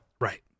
Right